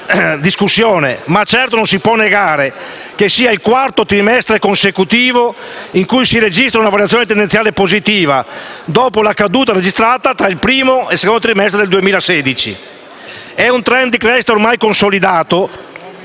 discussione - ma certo non si può negare che sia il quarto trimestre consecutivo in cui si registra una variazione tendenziale positiva dopo la caduta registrata tra il primo e il secondo trimestre del 2016. È un *trend* di crescita ormai consolidato